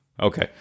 Okay